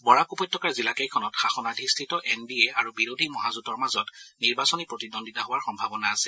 বৰাক উপত্যকাৰ জিলাকেইখনত শাসনাধিষ্ঠিত এন ডি এ আৰু বিৰোধী মহাজেঁটৰ মাজত নিৰ্বাচনী প্ৰতিদ্বন্দ্বিতা হোৱাৰ সম্ভাৱনা আছে